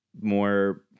more